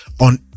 on